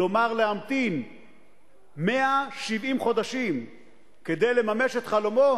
כלומר, להמתין 170 חודשים כדי לממש את חלומו